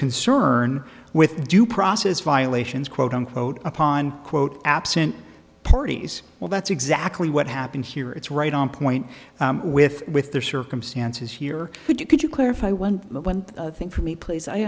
concern with due process violations quote unquote upon quote absent parties well that's exactly what happened here it's right on point with with their circumstances here could you could you clarify one thing for me please i